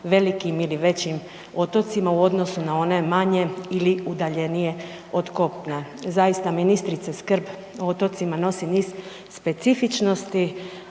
velikim ili većim otocima u odnosu na one manje ili udaljenije od kopna. Zaista ministrice skrb o otocima nosi niz specifičnosti,